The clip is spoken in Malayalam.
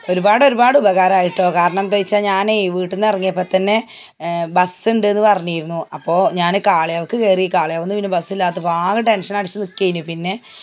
ഒരുപാട് ഒരുപാട് ഉപകാരമായിട്ടോ കാരണം ന്താച്ച ഞാനെ വീട്ടിൽ നിന്ന് ഇറങ്ങിയപ്പം തന്നെ ബസ് ഉണ്ടെന്ന് പറഞ്ഞിരുന്നു അപ്പോൾ ഞാൻ കാളയവക്ക് കയറി കാളയാവ്ന്ന് പിന്നെ ബസില്ലാത്തപ്പം ആകെ ടെൻഷൻ അടിച്ച് നിക്കേനു പിന്നെ